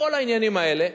כל העניינים האלה,